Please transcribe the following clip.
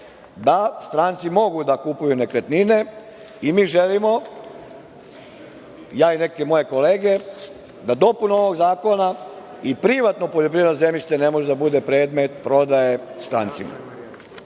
da stranci mogu da kupuju nekretnine. Mi želimo, ja i neke moje kolege, da dopunom ovog zakona i privatno poljoprivredno zemljište ne može da bude predmet prodaje strancima. Očigledno